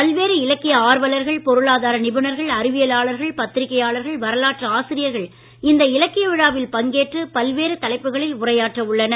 பல்வேறு இலக்கிய ஆர்வலர்கள் பொருளாதார நிபுணர்கள் அறிவியலாளர்கள் பத்திரிகையாளர்கள் வரலாற்று ஆசிரியர்கள் இந்த இலக்கிய விழாவில் பங்கேற்று பல்வேறு தலைப்புகளில் உரையாற்ற உள்ளனர்